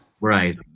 Right